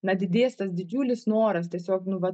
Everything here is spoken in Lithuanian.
na didės tas didžiulis noras tiesiog nu va